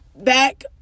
back